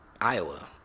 Iowa